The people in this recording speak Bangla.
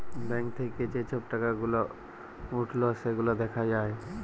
ব্যাঙ্ক থাক্যে যে সব টাকা গুলা উঠল সেগুলা দ্যাখা যায়